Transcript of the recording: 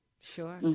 Sure